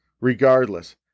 Regardless